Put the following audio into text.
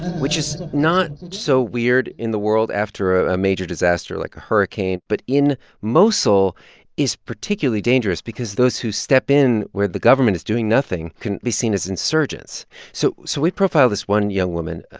which is not so weird in the world after a a major disaster like a hurricane, but in mosul is particularly dangerous because those who step in where the government is doing nothing can be seen as insurgents so so we profiled this one young woman.